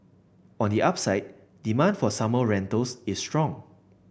on the upside demand for summer rentals is strong